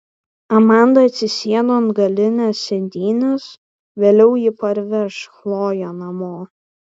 amanda atsisėdo ant galinės sėdynės vėliau ji parveš chloję namo